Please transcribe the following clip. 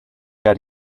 had